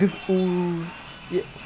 orh he started off that way ah is it